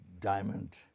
diamond